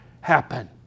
happen